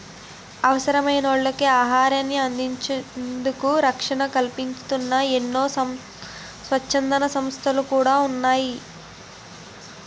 అవసరమైనోళ్ళకి ఆహారాన్ని అందించేందుకు రక్షణ కల్పిస్తూన్న ఎన్నో స్వచ్ఛంద సంస్థలు కూడా ఉన్నాయి